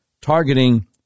targeting